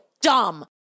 dumb